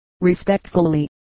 respectfully